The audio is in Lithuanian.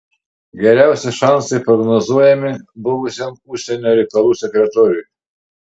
geriausi šansai prognozuojami buvusiam užsienio reikalų sekretoriui